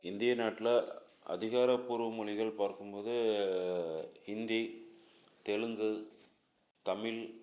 இந்திய நாட்டில் அதிகாரப்பூர்வ மொழிகள் பார்க்கும் போது ஹிந்தி தெலுங்கு தமிழ்